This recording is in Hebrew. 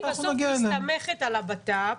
היא בסוף מסתמכת על הבט"פ.